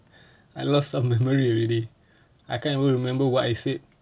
I lost my memory already I can't even remember what I said